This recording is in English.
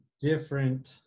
different